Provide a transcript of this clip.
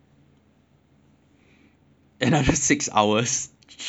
another six hours jeez